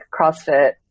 CrossFit